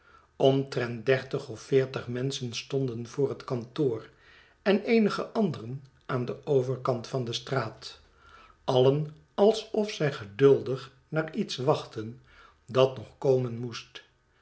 omtrent dertig of veertig menschen stonden voor het kantoor en eenige anderen aan den overkant van de straat alien alsof zij geduldig naar iets wachtten dat nog komen rnoest